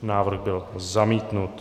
Návrh byl zamítnut.